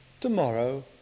tomorrow